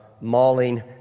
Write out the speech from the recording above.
mauling